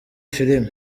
film